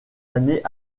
années